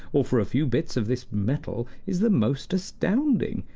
or for a few bits of this metal, is the most astounding!